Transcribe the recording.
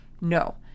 No